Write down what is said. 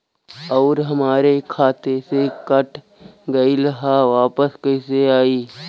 आऊर हमरे खाते से कट गैल ह वापस कैसे आई?